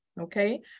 okay